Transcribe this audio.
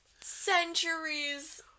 centuries